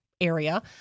area